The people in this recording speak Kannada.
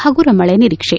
ಹಗುರ ಮಳೆ ನಿರೀಕ್ಷೆ